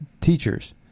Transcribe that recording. teachers